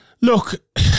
Look